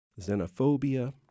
xenophobia